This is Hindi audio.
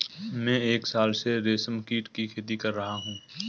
मैं एक साल से रेशमकीट की खेती कर रहा हूँ